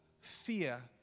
fear